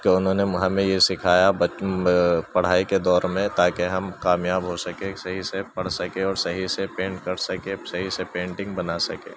کہ انہوں نے ہمیں یہ سکھایا پڑھائی کے دور میں تا کہ ہم کامیاب ہو سکیں صحیح سے پڑھ سکیں اور صحیح سے پینٹ کر سکیں صحیح سے پینٹنگ بنا سکیں